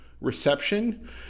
reception